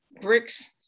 bricks